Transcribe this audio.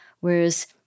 whereas